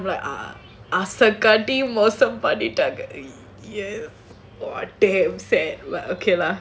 then I'm like ஆச காட்டி மோசம் பண்ணிட்டாங்களே:aasa kaati mosam pannitaangalae ya !wah! damn sad okay lah